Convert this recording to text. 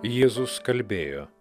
jėzus kalbėjo